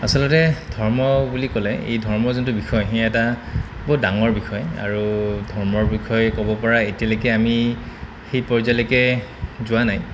আচলতে ধৰ্ম বুলি ক'লে এই ধৰ্ম যোনটো বিষয় সি এটা বহুত ডাঙৰ বিষয় আৰু ধৰ্মৰ বিষয়ে ক'ব পৰা এতিয়ালৈকে আমি সেই পৰ্যায়লেকে যোৱা নাই